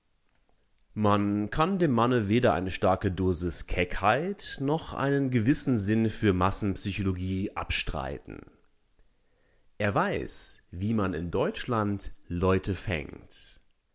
man kann dem manne weder eine starke dosis keckheit noch einen gewissen sinn für massenpsychologie abstreiten er weiß wie man in deutschland leute